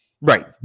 Right